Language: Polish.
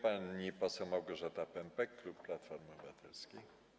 Pani poseł Małgorzata Pępek, klub Platformy Obywatelskiej.